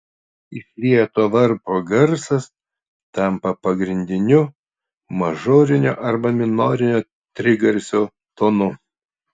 išlieto varpo garsas tampa pagrindiniu mažorinio arba minorinio trigarsio tonu